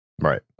Right